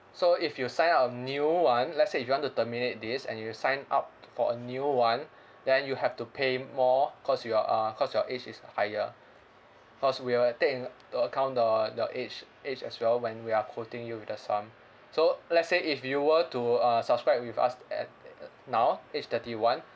so if you sign up a new one let's say if you want to terminate this and you sign up for a new one then you have to pay more cause you are cause your age is higher cause we will take into the account the the age age as well when we are quoting you with the sum so let's say if you were to uh subscribe with us at uh now age thirty one